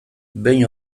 behin